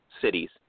cities